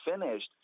finished